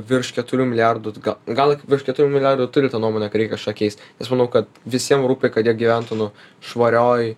virš keturių milijardų gal virš keturių milijardų ir turi tą nuomonę kad reikia kažką keist nes manau kad visiem rūpi kad jie gyventų nu švarioj